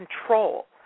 control